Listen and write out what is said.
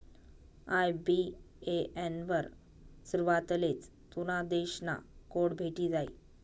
IBAN वर सुरवातलेच तुना देश ना कोड भेटी जायी